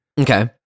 Okay